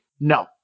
No